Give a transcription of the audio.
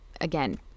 Again